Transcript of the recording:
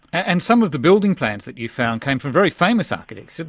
and some of the building plans that you found came from very famous architects, didn't